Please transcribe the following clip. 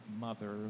mother